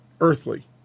earthly